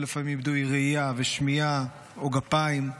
שלפעמים איבדו ראייה ושמיעה או גפיים,